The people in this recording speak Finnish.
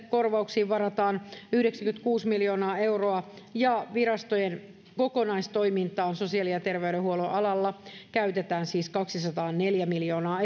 korvauksiin varataan yhdeksänkymmentäkuusi miljoonaa euroa ja virastojen kokonaistoimintaan sosiaali ja terveydenhuollon alalla käytetään siis kaksisataaneljä miljoonaa